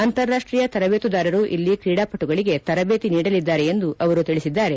ಅಂತಾರಾಷ್ಷೀಯ ತರಬೇತುದಾರರು ಇಲ್ಲಿ ತ್ರೀಡಾಪಟುಗಳಿಗೆ ತರಬೇತಿ ನೀಡಲಿದ್ದಾರೆ ಎಂದು ಅವರು ತಿಳಿಸಿದ್ದಾರೆ